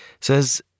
says